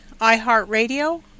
iHeartRadio